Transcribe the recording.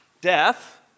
Death